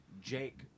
Jake